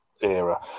era